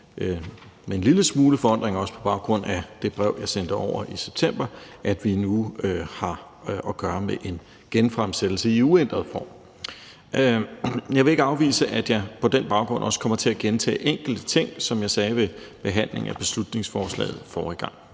med en lille smule forundring – også på baggrund af det brev, jeg sendte over i september – at vi nu har at gøre med en genfremsættelse i uændret form. Jeg vil ikke afvise, at jeg på den baggrund også kommer til at gentage enkelte ting, som jeg sagde ved behandlingen af beslutningsforslaget forrige gang.